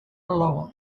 alone